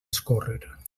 escórrer